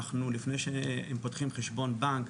אם פותחים חשבון בנק,